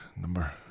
number